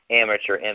amateur